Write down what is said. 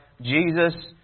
Jesus